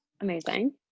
Amazing